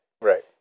Right